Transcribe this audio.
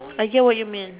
I get what you mean